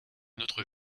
notre